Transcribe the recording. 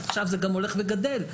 עכשיו המספר הולך וגדל,